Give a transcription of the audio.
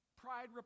pride